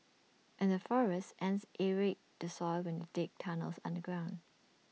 in the forests ants aerate the soil when they dig tunnels underground